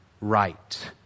right